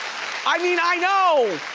i mean, i know.